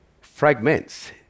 fragments